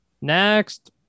next